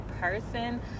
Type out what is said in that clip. person